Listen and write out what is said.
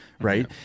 right